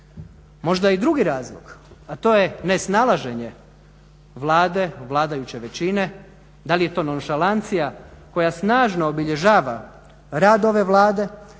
Možda je i drugi razlog, a to je nesnalaženje Vlade i vladajuće većina, da li je to nonšalancija koja snažno obilježava rad ove Vlade